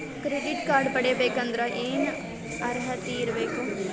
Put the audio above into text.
Credit card ಪಡಿಬೇಕಂದರ ಏನ ಅರ್ಹತಿ ಇರಬೇಕು?